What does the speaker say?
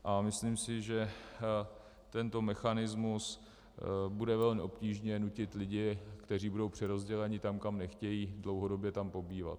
A myslím si, že tento mechanismus bude velmi obtížně nutit lidi, kteří budou přerozděleni tam, kam nechtějí, dlouhodobě tam pobývat.